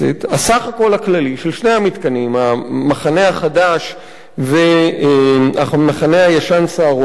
הסך הכול הכללי של שני המתקנים המחנה החדש והמחנה הישן "סהרונים"